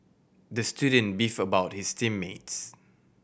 the student beefed about his team mates